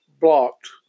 blocked